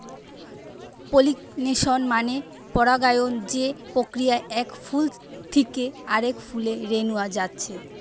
pollination মানে পরাগায়ন যে প্রক্রিয়ায় এক ফুল থিকে আরেক ফুলে রেনু যাচ্ছে